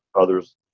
Others